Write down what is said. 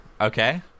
okay